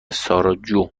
ساراجوو